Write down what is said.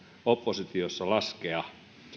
oppositiossa laskea